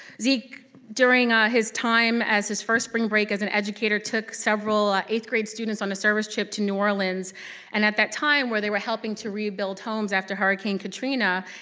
zeke during ah his time as his first spring break as an educator took several ah eighth grade students on a service trip to new orleans and at that time where they were helping to rebuild homes after hurricane katrina,